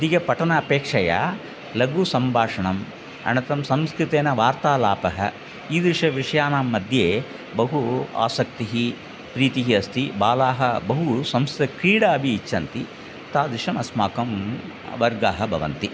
अधिकं पठनमपेक्षया लघु सम्भाषणम् अनन्तरं संस्कृतेन वार्तालापः ईदृशानां विषयानाम्मध्ये बहु आसक्तिः प्रीतिः अस्ति बालाः बहु संस्कृतक्रीडाभिः इच्छन्ति तादृशम् अस्माकं वर्गाः भवन्ति